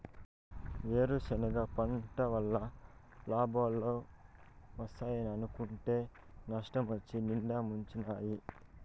వేరుసెనగ పంటల్ల లాబాలోస్తాయనుకుంటే నష్టమొచ్చి నిండా ముంచినాయి